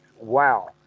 Wow